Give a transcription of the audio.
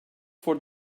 for